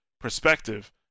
perspective